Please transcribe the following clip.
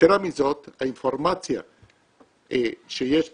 יתרה מזאת, האינפורמציה שיש בצ'יפ,